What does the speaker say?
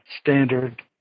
standard